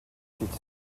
suite